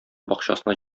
бакчасына